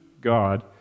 God